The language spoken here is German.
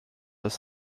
ist